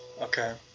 Okay